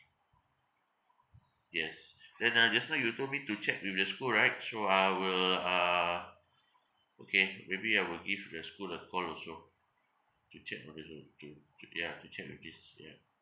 yes then uh just now you told me to check with the school right so I will uh okay maybe I will give the school a call also to check on it also K to ya to check with this ya